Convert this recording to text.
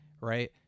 right